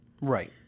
Right